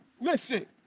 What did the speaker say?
Listen